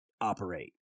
operate